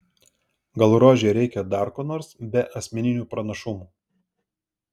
gal rožei reikia dar ko nors be asmeninių pranašumų